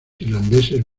irlandeses